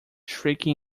shrinking